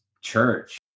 church